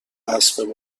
اسب